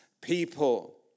people